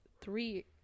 three